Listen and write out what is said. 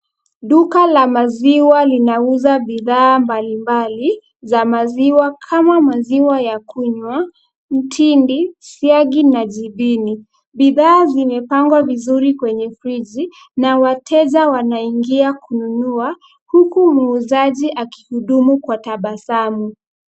Duka la maziwa linauza bidhaa mbalimbali za maziwa kama maziwa ya kunywa, mtindi, siagi na jibini. Bidhaa zimepangwa vizuri kwenye friji na wateja wanaingia kununua, huku muuzaji akihudumu kwa tabasamu.